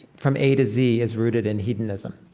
from a to z, is rooted in hedonism.